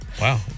wow